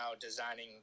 designing